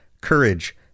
courage